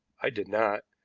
i did not,